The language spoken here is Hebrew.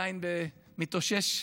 עדיין מתאושש,